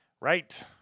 Right